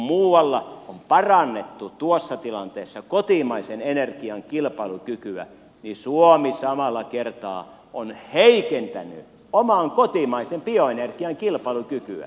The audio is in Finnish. kun muualla on parannettu tuossa tilanteessa kotimaisen energian kilpailukykyä niin suomi samalla kertaa on heikentänyt oman kotimaisen bioenergian kilpailukykyä